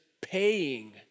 paying